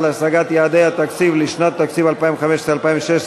להשגת יעדי התקציב לשנות התקציב 2015 ו-2016),